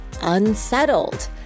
unsettled